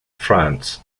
france